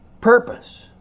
purpose